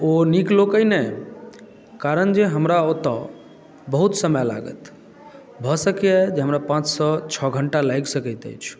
ओ नीक लोक अइ ने कारण जे हमरा ओतय बहुत समय लागत भऽ सकैए जे हमरा पाँचसँ छओ घण्टा लागि सकैत अछि